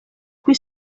cui